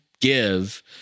give